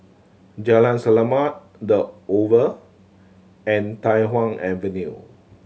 Jalan Selamat The Oval and Tai Hwan Avenue